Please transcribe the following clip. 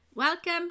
Welcome